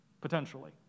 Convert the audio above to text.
potentially